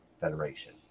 Federation